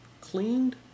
Cleaned